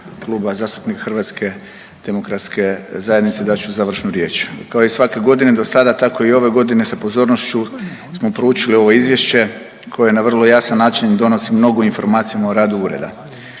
Kluba zastupnika HDZ-a dat ću završnu riječ. Kao i svake godine dosada tako i ove godine sa pozornošću smo proučili ovo izvješće koje na vrlo jasan način donosi mnogo informacija o radu ureda.